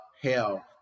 hell